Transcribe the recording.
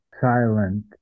silent